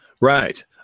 Right